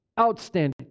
Outstanding